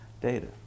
data